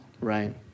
Right